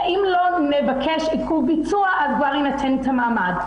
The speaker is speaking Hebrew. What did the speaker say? אם לא נבקש עיכוב ביצוע, אזי יינתן המעמד.